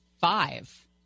five